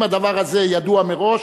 אם הדבר הזה ידוע מראש,